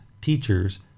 teachers